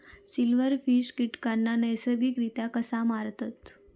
Silverfish कीटकांना नैसर्गिकरित्या कसा मारतत?